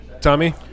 Tommy